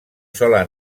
sola